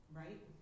right